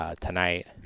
tonight